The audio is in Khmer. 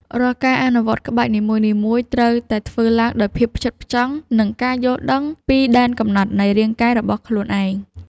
រាល់ការអនុវត្តក្បាច់នីមួយៗ ត្រូវតែធ្វើឡើងដោយភាពផ្ចិតផ្ចង់ និងការយល់ដឹងពីដែនកំណត់នៃរាងកាយរបស់ខ្លួនឯង។